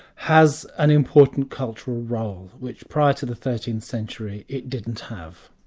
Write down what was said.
has an important cultural role, which prior to the thirteenth century, it didn't have.